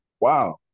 wow